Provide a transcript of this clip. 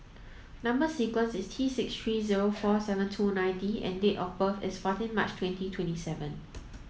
number sequence is T six three zero four seven two nine D and date of birth is fourteen March twenty twenty seven